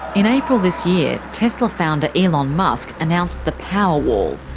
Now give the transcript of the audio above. in april this year, tesla founder elon musk announced the powerwall,